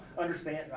understand